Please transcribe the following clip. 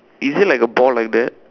is it like a ball like that